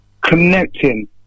connecting